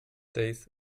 days